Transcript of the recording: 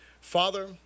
Father